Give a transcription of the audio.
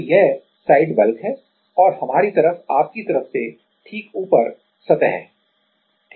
तो यह side bulk है और हमारी तरफ आपकी तरफ से ठीक ऊपर सतह है